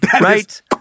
Right